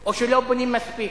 או שלא בונים מספיק.